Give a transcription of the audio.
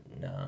No